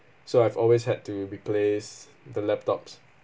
so I've always had to replace the laptops